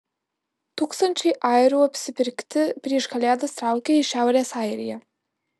tūkstančiai airių apsipirkti prieš kalėdas traukia į šiaurės airiją